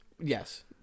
Yes